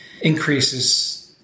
increases